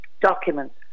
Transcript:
documents